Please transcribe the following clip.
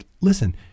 Listen